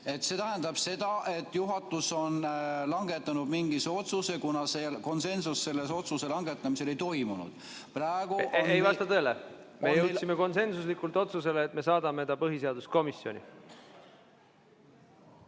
See tähendab seda, et juhatus on langetanud mingisuguse otsuse, kuna konsensust selle otsuse langetamisel ei saadud. Ei vasta tõele, me jõudsime konsensuslikult otsusele, et me saadame ta põhiseaduskomisjoni.